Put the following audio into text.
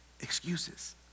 excuses